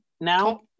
now